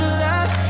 love